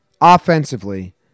Offensively